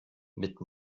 mit